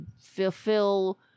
fulfill